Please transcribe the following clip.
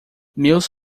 meus